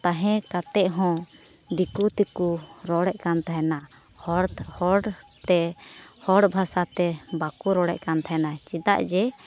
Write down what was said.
ᱛᱟᱦᱮᱸ ᱠᱟᱛᱮᱫ ᱦᱚᱸ ᱫᱤᱠᱩ ᱛᱮᱠᱚ ᱨᱚᱲᱮᱫ ᱠᱟᱱ ᱛᱟᱦᱮᱱᱟ ᱦᱚᱲ ᱦᱚᱲᱛᱮ ᱦᱚᱲ ᱵᱷᱟᱥᱟᱛᱮ ᱵᱟᱠᱚ ᱨᱚᱲᱮᱫ ᱠᱟᱱ ᱛᱟᱦᱮᱱᱟ ᱪᱮᱫᱟᱜ ᱡᱮ